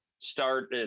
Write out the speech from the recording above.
start